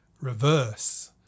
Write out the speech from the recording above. reverse